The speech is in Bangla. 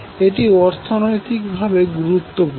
এটি অর্থনৈতিকভাবে খুব গুরুত্বপূর্ণ